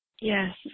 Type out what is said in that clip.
Yes